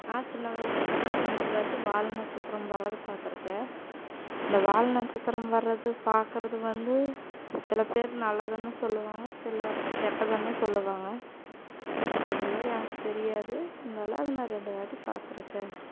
நான் சின்ன வயதில்ருந்து ரெண்டுவாட்டி வால் நட்சத்திரம் வரதை பார்த்துருக்கேன் அந்த வால் நட்சத்திரம் வரது பார்க்கறது வந்து சில பேரு நல்லதுன்னு சொல்லுவாங்க சிலர் கெட்டதுன்னும் சொல்லுவாங்க அதெல்லாம் எனக்கு தெரியாது அதனால் அதை ரெண்டுவாட்டி பார்த்துருக்கேன்